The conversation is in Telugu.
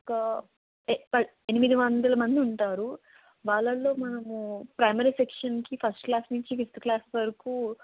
ఒక ఎనిమిది వందల మంది ఉంటారు వాళ్ళల్లో మనము ప్రైమరీ సెక్షన్కి ఫస్ట్ క్లాస్ నుంచి ఫిఫ్త్ క్లాస్ వరకు